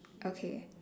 okay